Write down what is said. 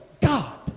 God